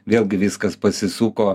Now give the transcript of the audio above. vėlgi viskas pasisuko